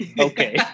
okay